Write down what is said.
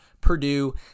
Purdue